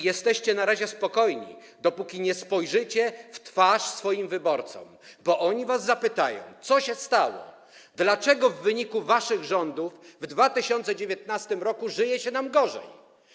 Jesteście na razie spokojni, dopóki nie spojrzycie w twarz swoim wyborcom, bo oni was zapytają, co się stało, dlaczego w wyniku waszych rządów w 2019 r. żyje się im gorzej.